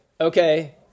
okay